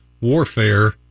warfare